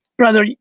brother,